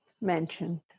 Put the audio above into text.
mentioned